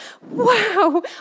wow